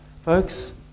folks